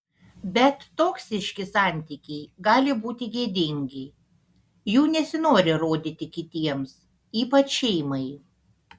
bet toksiški santykiai gali būti gėdingi jų nesinori rodyti kitiems ypač šeimai